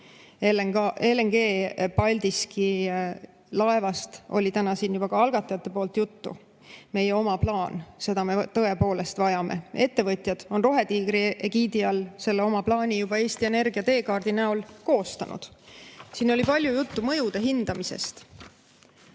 LNG Paldiski laevast oli täna siin juba ka algatajate poolt juttu. Meie oma plaan. Seda me tõepoolest vajame. Ettevõtjad on Rohetiigri egiidi all selle oma plaani juba Eesti Energia teekaardi kujul koostanud. Siin oli palju juttu mõjude hindamisest.